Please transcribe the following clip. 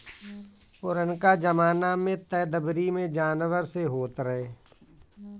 पुरनका जमाना में तअ दवरी भी जानवर से होत रहे